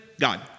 God